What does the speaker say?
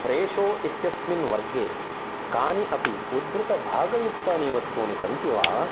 फ्रेशो इत्यस्मिन् वर्गे कानि अपि उद्धृतभागयुक्तानि वस्तूनि सन्ति वा